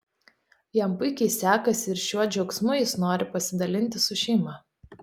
jam puikiai sekasi ir šiuo džiaugsmu jis nori pasidalinti su šeima